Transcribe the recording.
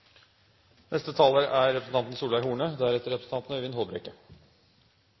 Neste taler er representanten